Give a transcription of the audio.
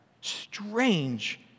strange